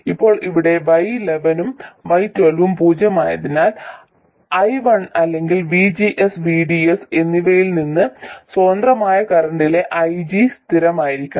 ഇപ്പോൾ ഇവിടെ y11 ഉം y12 ഉം പൂജ്യമായതിനാൽ I1 അല്ലെങ്കിൽ VGS VDS എന്നിവയിൽ നിന്ന് സ്വതന്ത്രമായ കറൻറ്റിലെ IG സ്ഥിരമായിരിക്കണം